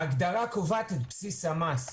ההגדרה קובעת את בסיס המס,